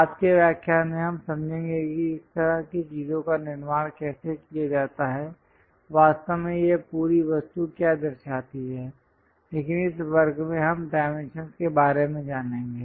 बाद के व्याख्यान में हम समझेंगे कि इस तरह की चीजों का निर्माण कैसे किया जाता है वास्तव में यह पूरी वस्तु क्या दर्शाती है लेकिन इस वर्ग में हम डाइमेंशंस के बारे में जानेंगे